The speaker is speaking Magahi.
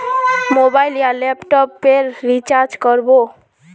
मोबाईल या लैपटॉप पेर रिचार्ज कर बो?